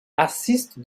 assiste